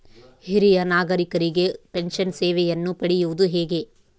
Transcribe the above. ಹಿರಿಯ ನಾಗರಿಕರಿಗೆ ಪೆನ್ಷನ್ ಸೇವೆಯನ್ನು ಪಡೆಯುವುದು ಹೇಗೆ?